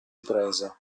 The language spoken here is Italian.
presa